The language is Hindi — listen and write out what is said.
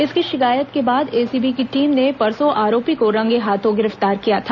इसकी शिकायत के बाद एसीबी की टीम ने परसों आरोपी को रंगे हाथों गिरफ्तार किया था